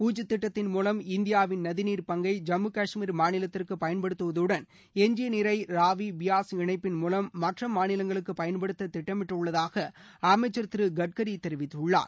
உச் திட்டத்தின் மூலம் இந்தியாவின் நதிநீர் பங்கை ஜம்மு காஷ்மீர் மாநிலத்திற்கு பயன்படுத்துவதுடன் எஞ்சிய நீரை ராவி பியாஸ் இணைப்பின் மூலம் மற்ற மாநிலங்களுக்கு பயன்படுத்த திட்டமிட்டுள்ளதாக அமைச்சர் திரு கட்கரி தெரிவித்துள்ளார்